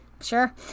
sure